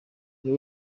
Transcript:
buri